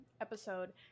episode